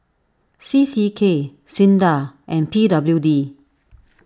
C C K Sinda and P W D